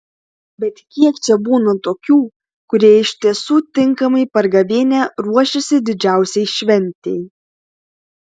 bet kiek čia būna tokių kurie iš tiesų tinkamai per gavėnią ruošėsi didžiausiai šventei